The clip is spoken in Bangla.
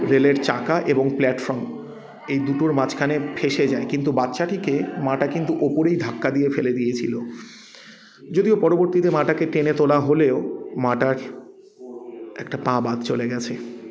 রেলের চাকা এবং প্ল্যাটফর্ম এই দুটোর মাঝখানে ফেঁসে যায় কিন্তু বাচ্চাটিকে মাটা কিন্তু ওপরেই ধাক্কা দিয়ে ফেলে দিয়েছিল যদিও পরবর্তীতে মাটাকে টেনে তোলা হলেও মাটার একটা পা বাদ চলে গেছে